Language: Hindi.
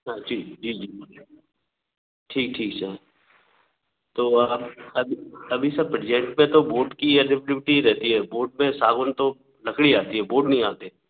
हाँ जी जी जी ठीक ठीक सर तो आप अभी अभी सर प्रेजेंट में तो बोर्ड की रहती है बोर्ड में सागवान तो लकड़ी आती है बोर्ड नहीं आते हैं